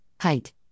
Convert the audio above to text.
height